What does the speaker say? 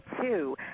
two